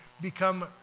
become